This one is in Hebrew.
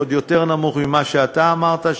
עוד יותר נמוך ממה שאתה אמרת,